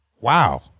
Wow